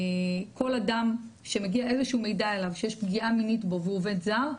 כל אדם שמגיע איזה שהוא מידע עליו שיש פגיעה מינית בו והוא עובד זר,